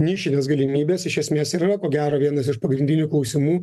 nišines galimybes iš esmės ir yra ko gero vienas iš pagrindinių klausimų